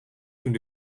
toen